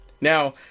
now